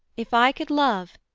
if i could love,